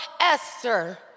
Esther